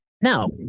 Now